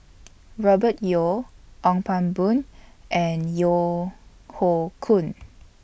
Robert Yeo Ong Pang Boon and Yeo Hoe Koon